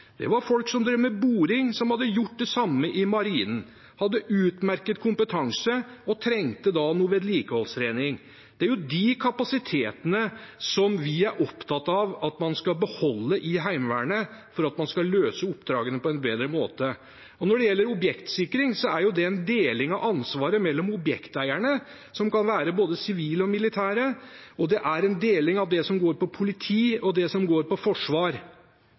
det var folk som drev med boring, som hadde gjort det samme i Marinen, som hadde utmerket kompetanse og trengte noe vedlikeholdstrening. Det er jo de kapasitetene som vi er opptatt av at man skal beholde i Heimevernet, for at man skal løse oppdragene på en bedre måte. Når det gjelder objektsikring, er det en deling av ansvaret mellom objekteierne, som kan være både sivile og militære, og det er en deling av det som går på politi, og det som går på forsvar.